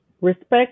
Respect